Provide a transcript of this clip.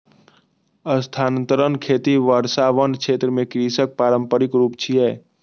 स्थानांतरण खेती वर्षावन क्षेत्र मे कृषिक पारंपरिक रूप छियै